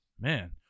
Man